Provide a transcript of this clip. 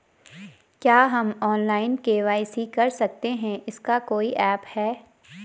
क्या हम online KYC कर सकते हैं इसका कोई ऐप है?